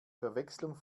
verwechslung